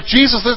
Jesus